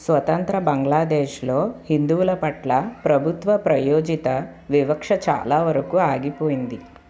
స్వతంత్ర బంగ్లాదేశ్లో హిందువుల పట్ల ప్రభుత్వ ప్రయోజిత వివక్ష చాలావరకు ఆగిపోయింది